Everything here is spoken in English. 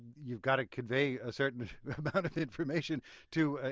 you've got to convey a certain amount of information to,